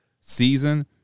season